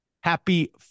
Happy